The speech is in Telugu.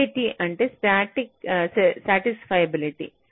SAT అంటే సాటిస్ఫైబిలిటి